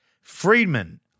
Friedman